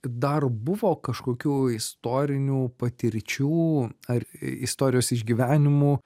dar buvo kažkokių istorinių patirčių ar istorijos išgyvenimų